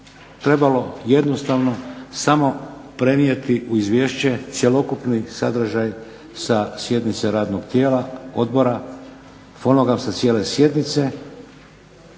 trebalo jednostavno samo prenijeti u izvješće cjelokupni sadržaj sa sjednice radnog tijela odbora, fonogram sa cijele sjednice